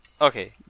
Okay